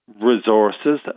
resources